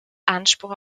anspruch